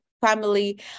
family